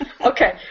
Okay